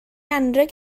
anrheg